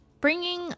bringing